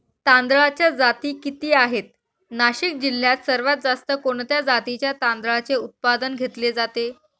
तांदळाच्या जाती किती आहेत, नाशिक जिल्ह्यात सर्वात जास्त कोणत्या जातीच्या तांदळाचे उत्पादन घेतले जाते?